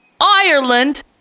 Ireland